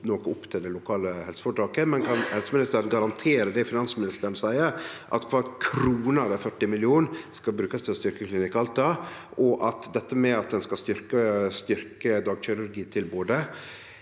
dette blir opp til det lokale helseføretaket. Kan helseministeren garantere det finansministeren seier, at kvar krone av dei 40 millionane skal brukast til å styrkje Klinikk Alta? Og til dette med at ein skal styrkje dagkirurgitilbodet: